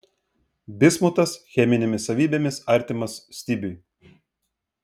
bismutas cheminėmis savybėmis artimas stibiui